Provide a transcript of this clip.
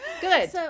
Good